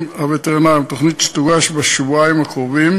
הווטרינריים תוכנית שתוגש בשבועיים הקרובים,